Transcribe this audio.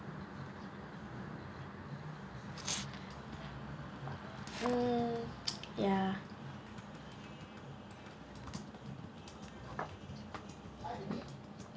mm ya